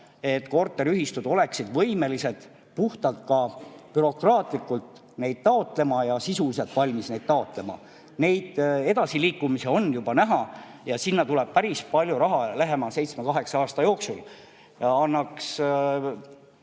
et korteriühistud oleksid võimelised ka puhtalt bürokraatlikus mõttes neid [toetusi[ taotlema ja sisuliselt valmis neid taotlema. Seda edasiliikumist on juba näha ja sinna tuleb päris palju raha lähema 7–8 aasta jooksul. Oleks